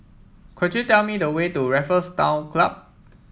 could you tell me the way to Raffles Town Club